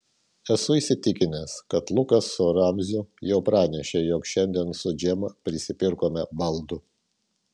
esu įsitikinęs kad lukas su ramziu jau pranešė jog šiandien su džema prisipirkome baldų